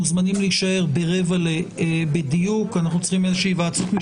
הישיבה ננעלה בשעה 13:39.